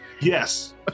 yes